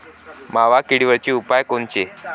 मावा किडीवरचे उपाव कोनचे?